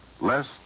less